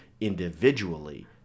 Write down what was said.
individually